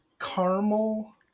caramel